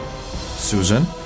Susan